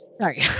Sorry